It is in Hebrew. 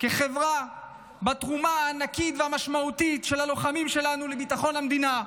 כחברה בתרומה הענקית והמשמעותית של הלוחמים שלנו לביטחון המדינה,